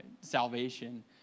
salvation